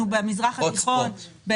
אנחנו במזרח התיכון,